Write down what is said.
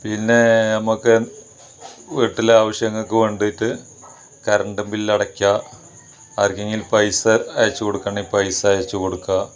പിന്നെ നമുക്ക് വീട്ടിലെ ആവശ്യങ്ങള്ക്ക് വേണ്ടിയിട്ട് കറണ്ട് ബില് അടക്കാം ആര്ക്കെങ്കിലും പൈസ അയച്ചു കൊടുക്കണേൽ പൈസ അയച്ചു കൊടുക്കാം